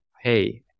hey